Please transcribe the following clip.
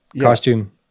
Costume